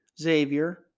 Xavier